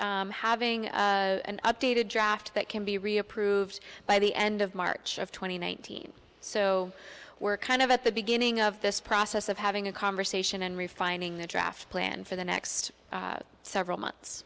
having an updated draft that can be re approved by the end of march of twenty nineteen so we're kind of at the beginning of this process of having a conversation and refining the draft plan for the next several months